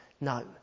No